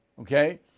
Okay